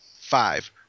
Five